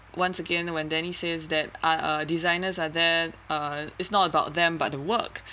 once again when danielle says that uh designers are there uh it's not about them but the work